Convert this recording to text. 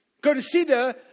Consider